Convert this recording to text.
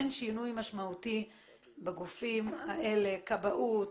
אין שינוי משמעותי בגופים האלה: כבאות,